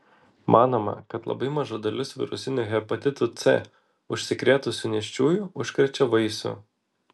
manoma kad labai maža dalis virusiniu hepatitu c užsikrėtusių nėščiųjų užkrečia vaisių